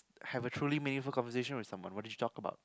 have a truly meaningful conversation with someone what did you talk about